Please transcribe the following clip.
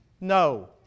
No